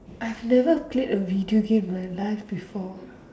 I've never played a video game in my life before